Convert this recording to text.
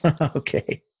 Okay